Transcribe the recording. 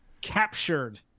captured